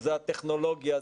שזה הטכנולוגיה,